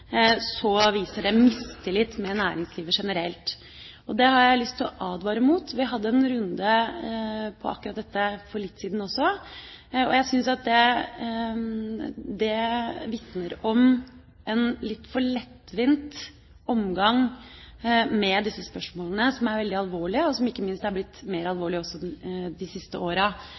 viser det mistillit til næringslivet generelt. Og det har jeg lyst til å advare mot. Vi hadde en runde på akkurat dette for litt siden også. Jeg syns at det vitner om en litt for lettvinn omgang med disse spørsmålene, som er veldig alvorlige, og som ikke minst er blitt mer alvorlige de siste åra.